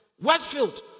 Westfield